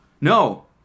No